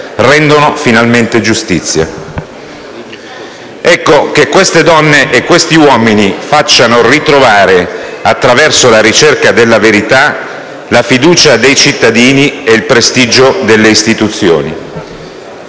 rendono finalmente giustizia. Ecco: che queste donne e questi uomini facciano ritrovare, attraverso la ricerca della verità, la fiducia dei cittadini e il prestigio delle istituzioni.